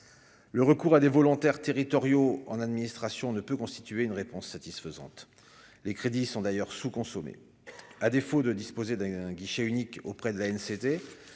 le recours à des volontaires territoriaux en administration ne peut constituer une réponse satisfaisante, les crédits sont d'ailleurs sous consommer à défaut de disposer d'un guichet unique auprès de la LCD